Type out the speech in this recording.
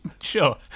sure